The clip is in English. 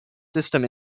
system